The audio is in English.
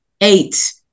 eight